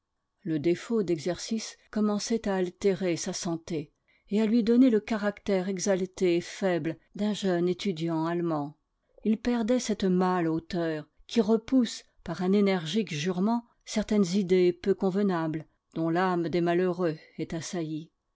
le défaut d'exercice commençait à altérer sa santé et à lui donner le caractère exalté et faible d'un jeune étudiant allemand il perdait cette mâle hauteur qui repousse par un énergique jurement certaines idées peu convenables dont l'âme des malheureux est assaillie